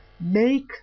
make